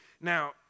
Now